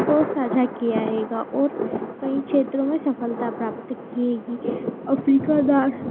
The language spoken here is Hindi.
को साझा किया रहेगा और इन क्षेत्र में सफलता प्राप्त की होगी और फ़िर उसके बाद